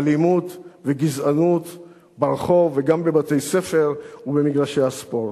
אלימות וגזענות ברחוב וגם בבתי-ספר ובמגרשי הספורט.